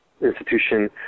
institution